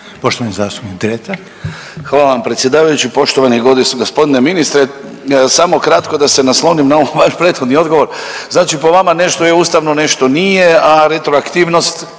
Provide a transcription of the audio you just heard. **Dretar, Davor (DP)** Hvala vam predsjedavajući. Poštovani g. ministre. Samo kratko da se naslonim na ovaj vaš prethodni odgovor. Znači po vama, nešto je ustavno, nešto nije, a retroaktivnost